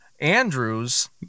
Andrews